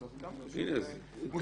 אז צריך גם שהיא תהיה מוסכמת.